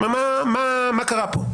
מה קרה פה?